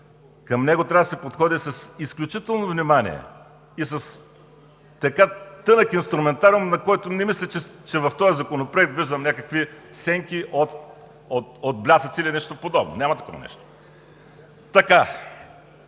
Към него трябва да се подходи с изключително внимание и с така тънък инструментариум, на който не мисля, че в този законопроект виждам някакви сенки, отблясъци или нещо подобно. Няма подобно нещо.